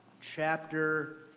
chapter